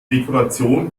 dekoration